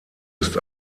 ist